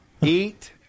Eat